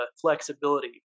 flexibility